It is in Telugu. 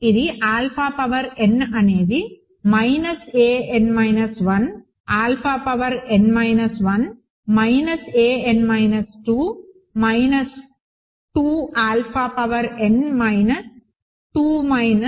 ఇది ఆల్ఫా పవర్ n అనేది minus a n 1 alpha power n minus 1 a n 2 minus 2 alpha power n minus 2 minus